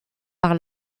par